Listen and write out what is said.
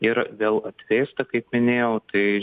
ir vėl atvėsta kaip minėjau tai